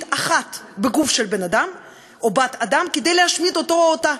אחת בגוף של בן-אדם או בת-אדם כדי להשמיד אותו או אותה.